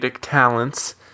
talents